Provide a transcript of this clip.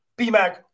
BMAC